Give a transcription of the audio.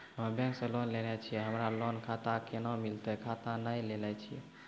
हम्मे बैंक से लोन लेली छियै हमरा लोन खाता कैना मिलतै खाता नैय लैलै छियै?